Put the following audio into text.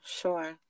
sure